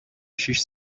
شیش